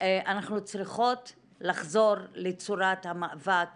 אנחנו צריכות לחזור לצורת המאבק